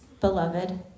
beloved